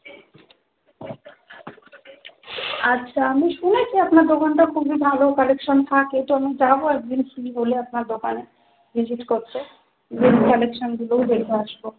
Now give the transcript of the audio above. আচ্ছা আমি শুনেছি আপনার দোকানটা খুবই ভালো কালেকশান থাকে তো আমি যাবো এক দিন ফ্রি হলে আপনার দোকানে ভিজিট করতে কালেকশানগুলোও দেখে আসবো